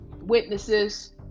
witnesses